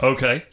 Okay